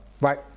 Right